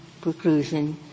preclusion